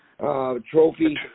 trophy